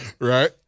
Right